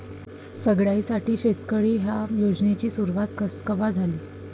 सगळ्याइसाठी शेततळे ह्या योजनेची सुरुवात कवा झाली?